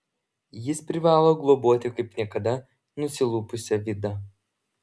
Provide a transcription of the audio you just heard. jis privalo globoti kaip niekada nusilpusią vidą